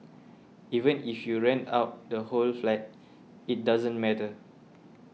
even if you rent out the whole flat it doesn't matter